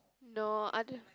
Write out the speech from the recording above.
no other